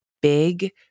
big